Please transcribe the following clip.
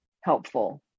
helpful